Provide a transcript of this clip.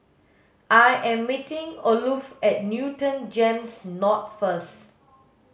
I am meeting Olof at Newton GEMS North first